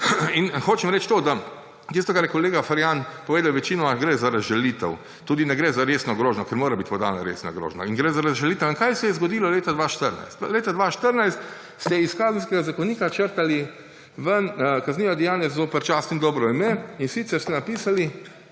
Hočem reči to, da pri tem, kar je kolega Ferjan povedal, gre večinoma za razžalitev. Tudi ne gre za resno grožnjo, ker mora biti podana resna grožnja. In gre za razžalitev. In kaj se je zgodilo leta 2014? Leta 2014 ste iz Kazenskega zakonika črtali kazniva dejanja zoper čast in dobro ime, in sicer ste napisali